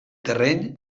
terreny